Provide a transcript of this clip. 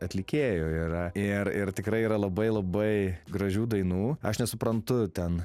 atlikėjų yra ir ir tikrai yra labai labai gražių dainų aš nesuprantu ten